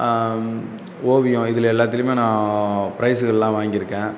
ஓவியம் இதில் எல்லாத்துலேயுமே நான் பிரைஸுகள்லாம் வாங்கியிருக்கேன்